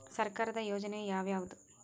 ಸರ್ಕಾರದ ಯೋಜನೆ ಯಾವ್ ಯಾವ್ದ್?